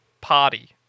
party